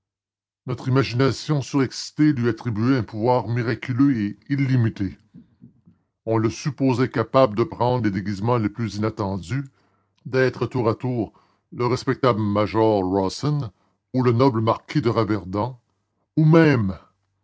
notre imagination surexcitée lui attribuait un pouvoir miraculeux et illimité on le supposait capable de prendre les déguisements les plus inattendus d'être tour à tour le respectable major rawson ou le noble marquis de raverdan ou même